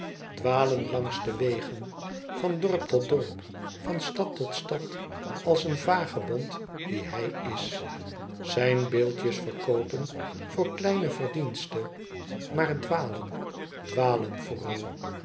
dwalen langs de wegen van dorp tot dorp van stad tot stad als een vagebond die hij is zijn beeldjes verkoopen voor kleine verdienste maar dwalen dwalen vooral